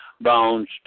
bones